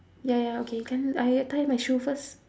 ya ya okay can I tie my shoe first